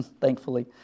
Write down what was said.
thankfully